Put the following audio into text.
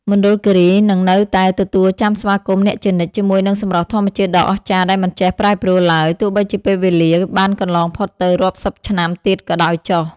មណ្ឌលគីរីនឹងនៅតែទទួលចាំស្វាគមន៍អ្នកជានិច្ចជាមួយនឹងសម្រស់ធម្មជាតិដ៏អស្ចារ្យដែលមិនចេះប្រែប្រួលឡើយទោះបីជាពេលវេលាបានកន្លងផុតទៅរាប់សិបឆ្នាំទៀតក៏ដោយចុះ។